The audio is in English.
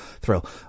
thrill